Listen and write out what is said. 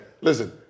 Listen